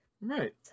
Right